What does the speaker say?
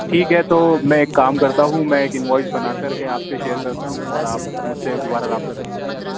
ٹھیک ہے تو میں ایک کام کرتا ہوں میں ایک انوائس بنا کر کے آپ سے شیئر کرتا ہوں اور آپ مجھ سے دوبارہ رابطہ کر لیجئے گا